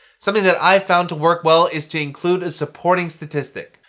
something that i've found to work well is to include a supporting statistic.